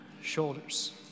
shoulders